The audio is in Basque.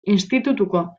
institutuko